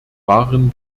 waren